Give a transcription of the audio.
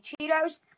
Cheetos